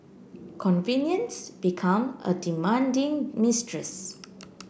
convenience become a demanding mistress